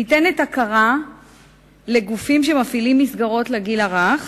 ניתנת הכרה לגופים שמפעילים מסגרות לגיל הרך